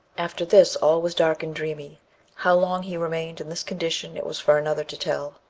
after this, all was dark and dreamy how long he remained in this condition it was for another to tell.